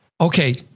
Okay